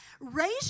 Raise